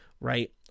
right